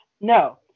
No